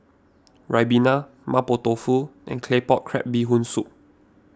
Ribena Mapo Tofu and Claypot Crab Bee Hoon Soup